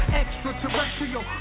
extraterrestrial